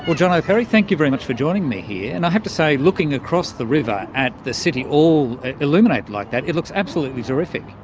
but jono perry, thank you very much for joining me here, and i have to say, looking across the river at the city all illuminated like that, it looks absolutely terrific.